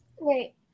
Wait